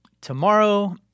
tomorrow